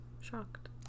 shocked